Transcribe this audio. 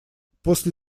после